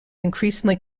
increasingly